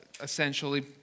essentially